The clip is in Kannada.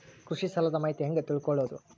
ಕೃಷಿ ಸಾಲದ ಮಾಹಿತಿ ಹೆಂಗ್ ತಿಳ್ಕೊಳ್ಳೋದು?